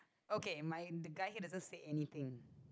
okay my the guy here doesn't say anything